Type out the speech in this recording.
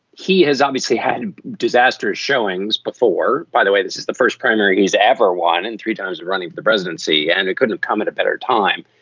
he has obviously had disastrous showings before. by the way, this is the first primary he's ever won and three times running for the presidency. and it could have come at a better time.